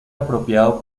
apropiado